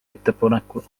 ettepanekul